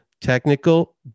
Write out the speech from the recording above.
Technical